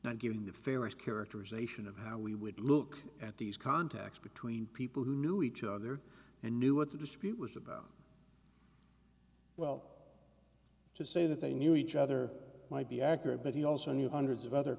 not given the fairest characterization of how we would look at these contacts between people who knew each other and knew what the dispute was about well to say that they knew each other might be accurate but he also knew hundreds of other